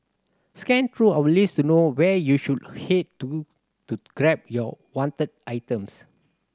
scan through our list to know where you should head to to grab your wanted items